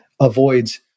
avoids